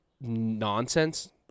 nonsense